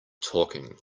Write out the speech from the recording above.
talking